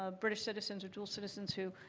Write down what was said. ah but citizens or dual citizens who